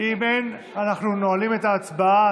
אנחנו נועלים את ההצבעה.